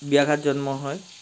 ব্যাঘাত জন্মোৱা হয়